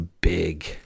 big